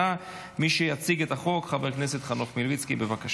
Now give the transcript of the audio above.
הצעת חוק התקשורת (בזק ושידורים)